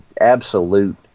absolute